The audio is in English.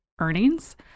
Earnings